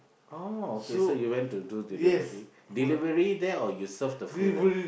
oh okay so you went to do delivery delivery there or you serve the food there